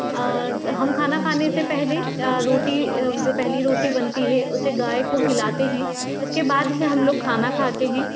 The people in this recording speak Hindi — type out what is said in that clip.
हम खाना खाने से पहले रोटी जो पहली रोटी बनती है उसे गाय को खिलाते हैं उसके बाद ही हम लोग खाना खाते हैं